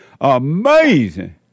Amazing